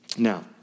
Now